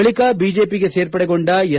ಬಳಿಕ ಬಿಜೆಪಿ ಸೇರ್ಪಡೆಗೊಂಡ ಎಸ್